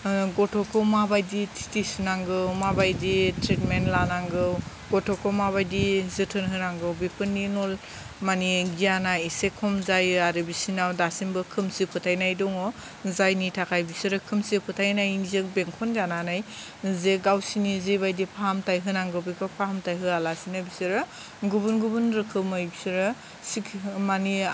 गथ'खौ माबायदि थिथि सुनांगौ माबायदि त्रितमेन्त लानांगौ गथ'खौ माबायदि जोथोन होनांगौ बेफोरनि नलेज माने गियाना इसे खम जायो आरो बिसोरनाव दासिमबो खोमसि फोथायनाय दङ जायनि थाखाय बिसोरो खोमसि फोथायनायजों बेंखन जानानै जे गावसोरनि जेबायदि फाहामथाइ होनांगौ बेफोर फाहामथाइ होआलासेनो बिसोर गुबुन गुबुन रोखोमै बिसोर सिकि माने